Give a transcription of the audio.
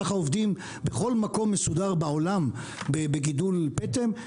ככה עובדים בכל מקום מסודר בעולם בגידול פטם,